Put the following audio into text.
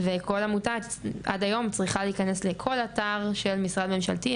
וכל עמותה עד היום צריכה להיכנס לכל אתר של משרד ממשלתי,